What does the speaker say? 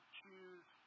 choose